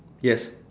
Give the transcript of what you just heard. yes